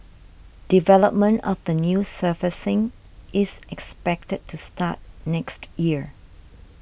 development of the new surfacing is expected to start next year